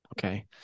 Okay